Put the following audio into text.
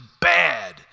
bad